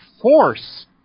force